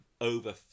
over